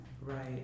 Right